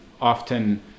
often